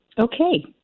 Okay